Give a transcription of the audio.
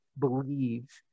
believe